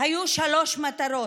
היו שלוש מטרות: